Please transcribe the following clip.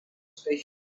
station